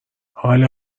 حال